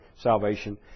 salvation